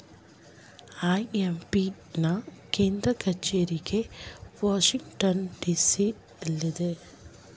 IMF ನಾ ಕೇಂದ್ರ ಕಚೇರಿಗೆ ವಾಷಿಂಗ್ಟನ್ ಡಿ.ಸಿ ಎಲ್ಲಿದೆ